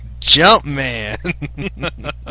Jumpman